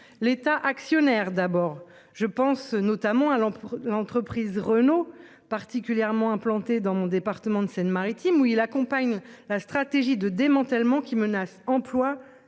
L'État actionnaire d'abord, je pense notamment à l'l'entreprise Renault particulièrement implanté dans mon département de Seine-Maritime où il accompagne la stratégie de démantèlement qui menace employes